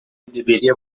deveria